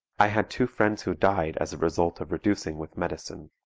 i had two friends who died as a result of reducing with medicine.